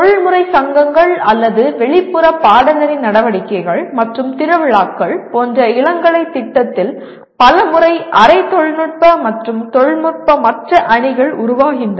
தொழில்முறை சங்கங்கள் அல்லது வெளிப்புற பாடநெறி நடவடிக்கைகள் மற்றும் திருவிழாக்கள் போன்ற இளங்கலை திட்டத்தில் பல முறை அரை தொழில்நுட்ப மற்றும் தொழில்நுட்பமற்ற அணிகள் உருவாகின்றன